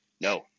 No